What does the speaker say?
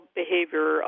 behavior